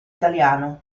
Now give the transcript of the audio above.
italiano